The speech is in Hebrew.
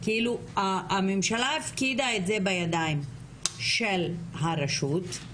הממשלה הפקידה את זה בידיים של הרשות,